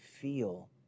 feel